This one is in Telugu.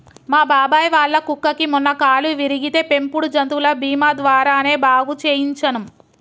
మా బాబాయ్ వాళ్ళ కుక్కకి మొన్న కాలు విరిగితే పెంపుడు జంతువుల బీమా ద్వారానే బాగు చేయించనం